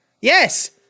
yes